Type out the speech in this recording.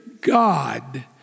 God